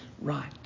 right